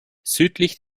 südlich